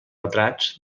retrats